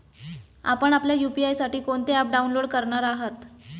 आपण आपल्या यू.पी.आय साठी कोणते ॲप डाउनलोड करणार आहात?